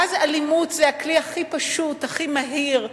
ואז אלימות זה הכלי הכי פשוט, הכי מהיר,